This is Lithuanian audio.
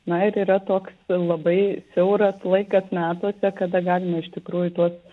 na ir yra toks labai siauras laikas metuose kada galima iš tikrųjų tuos